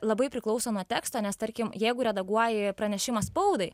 labai priklauso nuo teksto nes tarkim jeigu redaguoji pranešimą spaudai